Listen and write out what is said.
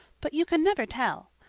but you can never tell.